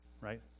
right